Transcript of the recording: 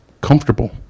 comfortable